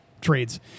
trades